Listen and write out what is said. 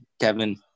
Kevin